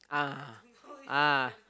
ah ah